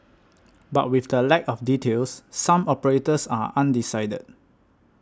but with the lack of details some of operators are undecided